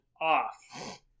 off